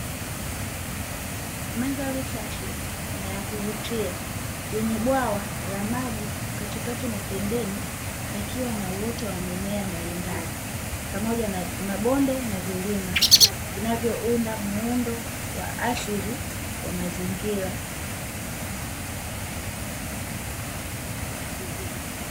Mandhari safi na ya kuvutia yenye bwawa la maji katikati na pembeni pakiwa na uoto wa mimea mbalimbali, pamoja na mabonde na vilima vinavyounda muundo wa asili wa mazingira.